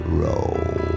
roll